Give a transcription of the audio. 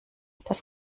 das